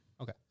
Okay